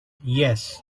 yes